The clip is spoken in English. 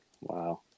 Wow